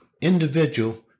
individual